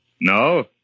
No